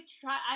try